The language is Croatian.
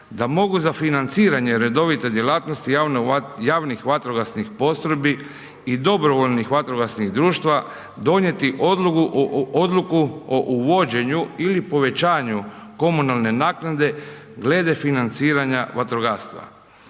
da mogu za financiranje redovite djelatnosti javnih vatrogasnih postrojbi i dobrovoljnih vatrogasnih društva, donijeti odluku o uvođenju ili povećanju komunalne naknade glede financiranje vatrogastva.